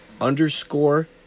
underscore